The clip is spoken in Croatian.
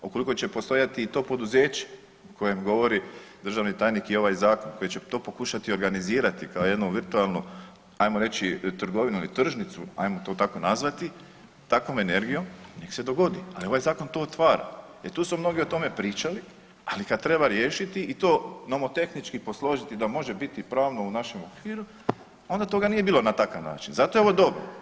Ukoliko će postojati i to poduzeće o kojem govori državni tajnik i ovaj zakon, koje će to pokušati organizirati kao jednu virtualnu ajmo reći trgovinu ili tržnicu, ajmo to tako nazvati, takvom energijom nek se dogodi, ali ovaj zakon to otvara jer tu su mnogi o tome pričali, ali kad treba riješiti i to nomotehnički posložiti da može biti pravno u našem okviru onda toga nije bilo na takav način, zato je ovo dobro.